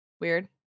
weird